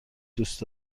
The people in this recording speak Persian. دوست